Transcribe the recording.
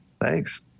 Thanks